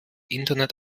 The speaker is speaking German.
internet